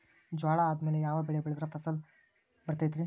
ಜ್ವಾಳಾ ಆದ್ಮೇಲ ಯಾವ ಬೆಳೆ ಬೆಳೆದ್ರ ಛಲೋ ಫಸಲ್ ಬರತೈತ್ರಿ?